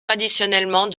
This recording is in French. traditionnellement